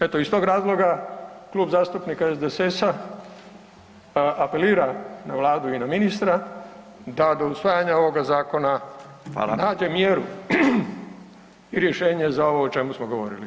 Eto iz tog razloga Klub zastupnika SDSS-a apelira na Vladu i na ministra da do usvajanja ovoga zakona nađe mjeru i rješenje za ovo o čemu smo govorili.